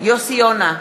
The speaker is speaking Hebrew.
יוסי יונה,